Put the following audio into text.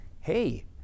hey